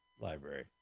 library